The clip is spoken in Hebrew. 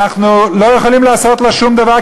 אנחנו לא יכולים לעשות שום דבר,